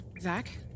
Zach